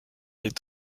est